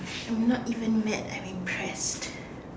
I'm not even mad I'm impressed